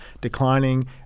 declining